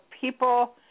people